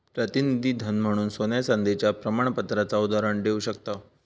प्रतिनिधी धन म्हणून सोन्या चांदीच्या प्रमाणपत्राचा उदाहरण देव शकताव